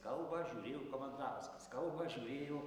kalbą žiūrėjo komentauskas kalbą žiūrėjo